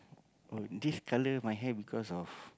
oh this colour my hair because of